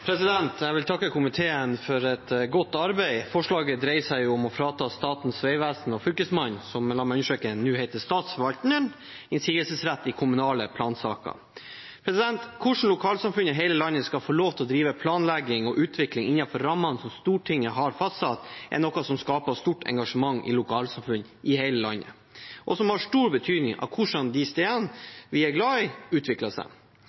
vil takke komiteen for godt arbeid. Forslaget dreier seg om å frata Statens vegvesen og Fylkesmannen – som jeg vil understreke nå heter Statsforvalteren – innsigelsesrett i kommunale plansaker. Hvordan lokalsamfunn i hele landet skal få lov til å drive planlegging og utvikling innenfor rammene som Stortinget har fastsatt, er noe som skaper stort engasjement i lokalsamfunn i hele landet, og som har stor betydning for hvordan de stedene vi er glad i, utvikler seg.